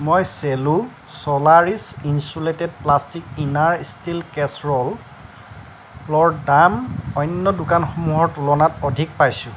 মই Cello Solaris insulated plastic inner steel কেচৰলৰ দাম অন্য দোকানসমূহৰ তুলনাত অধিক পাইছোঁ